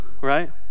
right